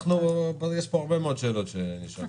יש פה הרבה מאוד שאלות שנשאלו.